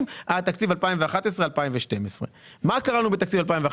היה תקציב 2012-2011. מה קרה לנו בתקציב הזה?